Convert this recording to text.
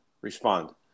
respond